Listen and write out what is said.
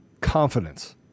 confidence